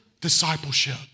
discipleship